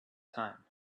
time